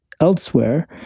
elsewhere